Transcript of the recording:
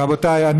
רבותיי,